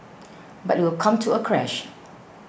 but it will come to a crash